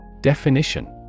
Definition